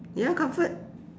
ya comfort